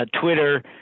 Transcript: Twitter